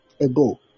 ago